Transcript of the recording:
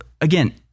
again